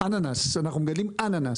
אננס, אנחנו מגדלים אננס.